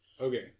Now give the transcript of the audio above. Okay